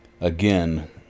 again